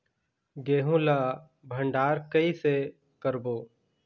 गेहूं ला भंडार कई से करबो?